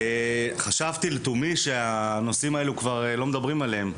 חשבתי לתומי שהנושאים האלו כבר לא מדברים עליהם.